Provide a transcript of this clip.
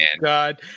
God